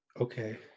Okay